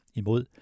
imod